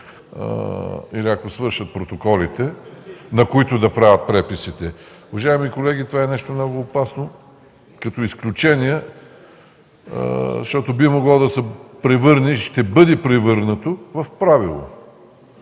Или ако свършат протоколите, на които да правят преписите? Уважаеми колеги, това е много опасно като изключение, защото би могло да се превърне и ще бъде превърнато в правило.